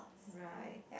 right